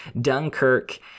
Dunkirk